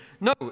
No